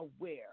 aware